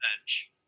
bench